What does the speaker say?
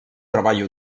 treball